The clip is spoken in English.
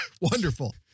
wonderful